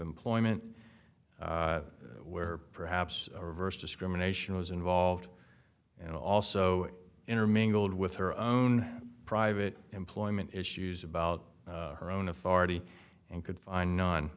employment where perhaps reverse discrimination was involved and also intermingled with her own private employment issues about her own authority and could find no